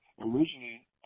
originally